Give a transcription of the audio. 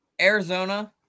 Arizona-